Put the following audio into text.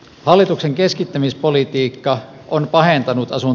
hallituksen keskittämispolitiikka on pahentanut osan